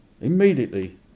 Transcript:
immediately